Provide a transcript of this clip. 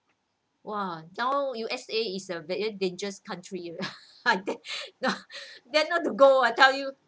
!wah! now U_S_A is a very dangerous country I dare not to go I tell you